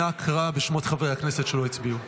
אנא קרא בשמות חברי הכנסת שלא הצביעו.